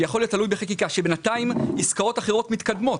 ויכול להיות תלוי בחקיקה כאשר בינתיים עסקאות אחרות מתקדמות,